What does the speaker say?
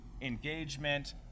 engagement